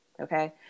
okay